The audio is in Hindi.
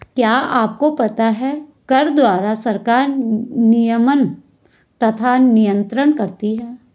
क्या आपको पता है कर द्वारा सरकार नियमन तथा नियन्त्रण करती है?